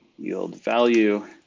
yield value,